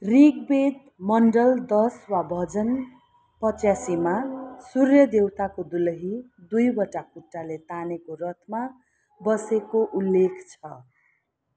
ऋग्वेद मण्डल दश वा भजन पच्यासीमा सूर्य देवताको दुलही दुईवटा खुट्टाले तानेको रथमा बसेको उल्लेख छ